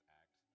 act